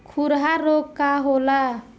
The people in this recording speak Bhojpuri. खुरहा रोग का होला?